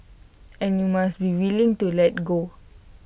and you must be willing to let go